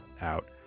out